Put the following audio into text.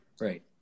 Right